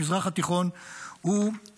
במזרח התיכון ובעולם.